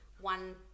one